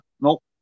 Nope